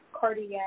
cardiac